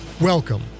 Welcome